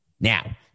Now